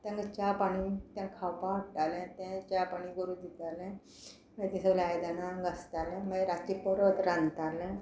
तांकां च्या पाणी तांकां खावपा हाडटालें तें च्या पाणी करूं दितालें सगळे आयदनां घासतालें मागीर रातीक परत रांदतालें